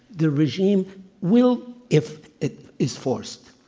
the regime will, if it is forced,